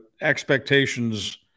expectations